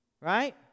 Right